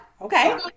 okay